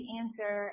answer